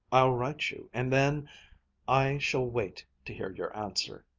i'll write you, and then i shall wait to hear your answer!